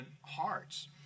hearts